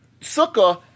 sukkah